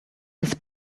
his